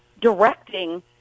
directing